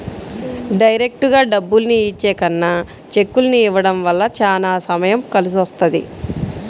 డైరెక్టుగా డబ్బుల్ని ఇచ్చే కన్నా చెక్కుల్ని ఇవ్వడం వల్ల చానా సమయం కలిసొస్తది